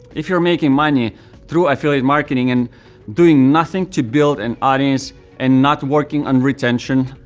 if you're making money through affiliate marketing, and doing nothing to build an audience and not working on retention,